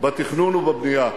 בתכנון ובבנייה.